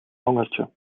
hongertje